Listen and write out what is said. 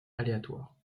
aléatoire